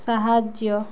ସାହାଯ୍ୟ